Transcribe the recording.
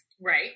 right